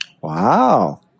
Wow